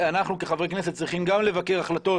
אנחנו כחברי כנסת צריכים גם לבקר החלטות